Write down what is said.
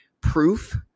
Proof